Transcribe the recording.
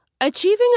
Achieving